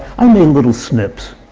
i mean little snips,